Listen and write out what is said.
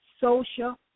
social